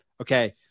okay